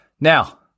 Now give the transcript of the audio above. now